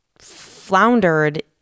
floundered